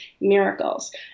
Miracles